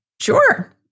sure